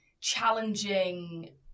challenging